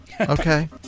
Okay